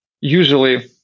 usually